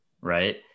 right